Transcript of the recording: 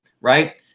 right